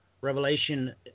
Revelation